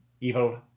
evil